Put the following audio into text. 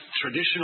traditional